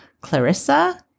Clarissa